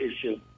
issue